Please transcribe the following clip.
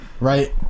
right